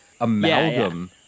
amalgam